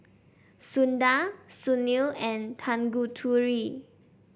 Sundar Sunil and Tanguturi